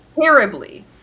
terribly